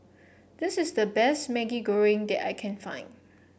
this is the best Maggi Goreng that I can find